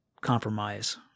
compromise